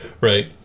Right